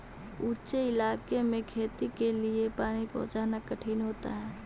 ऊँचे इलाके में खेती के लिए पानी पहुँचाना कठिन होता है